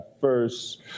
first